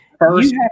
First